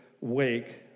wake